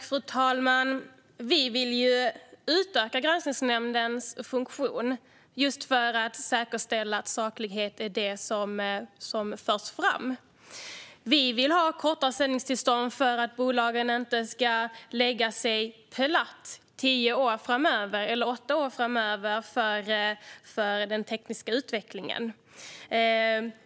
Fru talman! Vi vill ju utöka Granskningsnämndens funktion just för att säkerställa sakligheten. Vi vill ha kortare sändningstillstånd för att bolagen inte ska lägga sig platta för den tekniska utvecklingen åtta eller tio år framöver.